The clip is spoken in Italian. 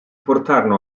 portarono